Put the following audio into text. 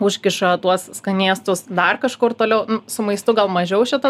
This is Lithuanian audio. užkiša tuos skanėstus dar kažkur toliau su maistu gal mažiau šitą